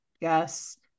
Yes